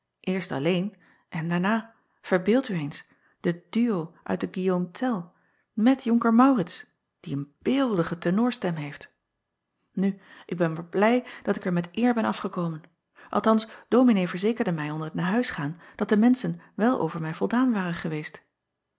eerst alleen en daarna verbeeld u eens den duo uit den uillaume ell met onker aurits die een beeldige tenorstem heeft u ik ben maar blij dat ik er met eer ben afgekomen althans ominee verzekerde mij onder t naar huis gaan dat de menschen wel over mij voldaan waren geweest